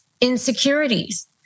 insecurities